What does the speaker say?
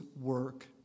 work